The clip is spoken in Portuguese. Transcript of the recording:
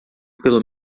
pelo